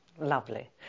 Lovely